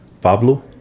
Pablo